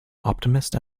optimist